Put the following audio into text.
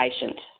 patient